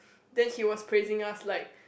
then he was praising us like